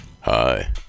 Hi